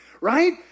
Right